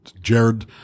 Jared